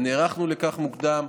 נערכנו לכך מוקדם,